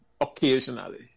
occasionally